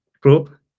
group